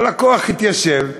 הלקוח התיישב,